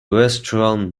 restaurant